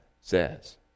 says